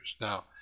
Now